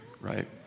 Right